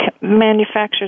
manufacturers